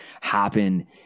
happen